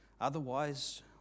Otherwise